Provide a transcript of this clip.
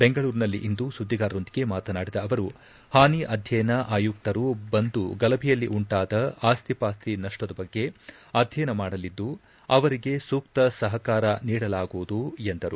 ಬೆಂಗಳೂರಿನಲ್ಲಿಂದು ಸುದ್ದಿಗಾರರೊಂದಿಗೆ ಮಾತನಾಡಿದ ಅವರು ಹಾನಿ ಅಧ್ಯಯನ ಆಯುಕ್ತರು ಬಂದು ಗಲಭೆಯಲ್ಲಿ ಉಂಟಾದ ಆಸ್ತಿಪಾಸ್ತಿ ನಷ್ಪದ ಬಗ್ಗೆ ಅಧ್ಯಯನ ಮಾಡಲಿದ್ದುಅವರಿಗೆ ಸೂಕ್ತ ಸಹಕಾರ ನೀಡಲಾಗುವುದು ಎಂದರು